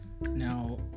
Now